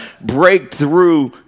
breakthrough